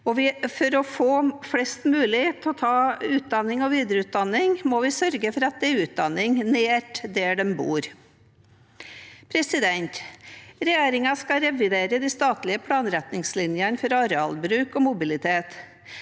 For å få flest mulig til å ta utdanning og videreutdanning må vi sørge for at det er utdanning nær der man bor. Regjeringen skal revidere de statlige planretningslinjene for arealbruk og mobilitet.